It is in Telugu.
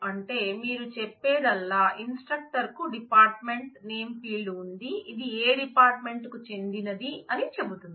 అంటే మీరు చెప్పేదల్లా ఇన్స్ట్రక్టర్ కు డిపార్ట్ మెంట్ నేమ్ ఫీల్డ్ ఉంది ఇది ఏ డిపార్ట్మెంట్ కు చెందినది అని చెబుతుంది